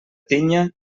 tinya